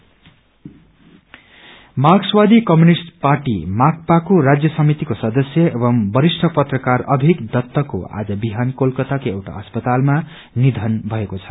journalist डीमाइश मार्क्सवादी communist party माकपाको राज्य समितिको सदस्य एव वरिष्ठ पत्रका अभिक दत्तको आज बिहान कलकताको एउटा अस्पतालमा निषन षएको छ